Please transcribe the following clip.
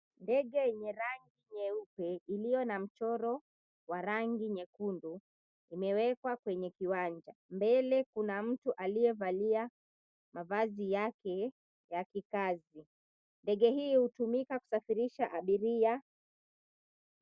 Ndege yenye rangi nyeupe, iliyo na mchoro wa rangi nyekundu, imewekwa kwenye kiwanja. Mbele kuna mtu aliyevalia mavazi yake ya kikazi. Ndege hii hutumika kusafirisha abiria.